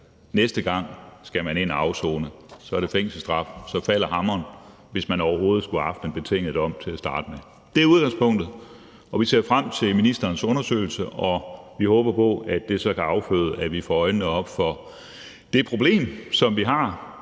Næste gang skal man ind at afsone. Så er det fængselsstraf, så falder hammeren, hvis man overhovedet skulle have haft den betingede dom til at starte med. Det er udgangspunktet, og vi ser frem til ministerens undersøgelse, og vi håber på, at det så kan afføde, at vi får øjnene op for det problem, som vi har.